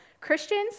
christians